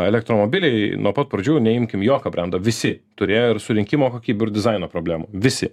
elektromobiliai nuo pat pradžių neimkim jokio brendo visi turėjo ir surinkimo kokybių ir dizaino problemų visi